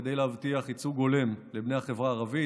כדי להבטיח ייצוג הולך לבני החברה הערבית,